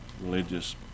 religious